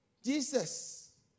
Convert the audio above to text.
Jesus